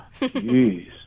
Jeez